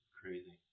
crazy